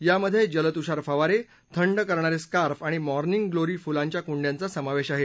यामध्ये जलतुषार फवारे थंड करणारे स्कार्फ आणि मॉर्निंग ग्लोरी फुलांच्या कुंड्यांचा समावेश आहे